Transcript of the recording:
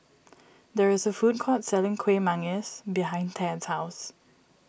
there is a food court selling Kuih Manggis behind Tad's house